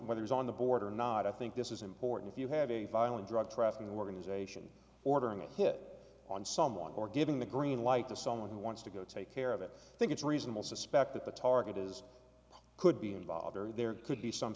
it's on the border or not i think this is important if you have a violent drug trafficking organization ordering a hit on someone or giving the green light to someone who wants to go take care of it i think it's reasonable suspect that the target is could be involved or there could be some